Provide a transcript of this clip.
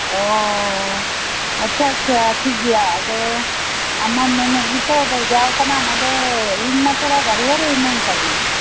ᱚᱻ ᱟᱪᱪᱷᱟ ᱟᱪᱪᱷᱟ ᱴᱷᱤᱠ ᱜᱮᱭᱟ ᱟᱫᱚ ᱟᱢ ᱢᱟᱢ ᱢᱮᱱᱮᱫ ᱜᱮᱛᱚ ᱵᱟᱡᱟᱣ ᱟᱠᱟᱱᱟᱢ ᱟᱫᱚ ᱤᱧ ᱢᱟ ᱛᱷᱚᱲᱟ ᱵᱟᱨᱦᱮ ᱨᱮ ᱦᱮᱱᱟᱹᱧ ᱠᱟᱹᱫᱤᱧ